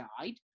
died